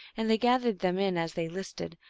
and they gathered them in as they listed,